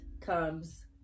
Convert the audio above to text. comes